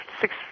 six